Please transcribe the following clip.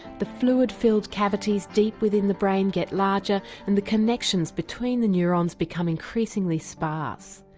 the fluid filled cavities deep within the brain get larger and the connections between the neurons become increasingly sparse.